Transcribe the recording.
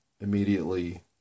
immediately